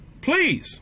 Please